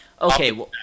Okay